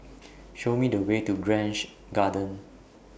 Show Me The Way to Grange Garden